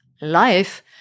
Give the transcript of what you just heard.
life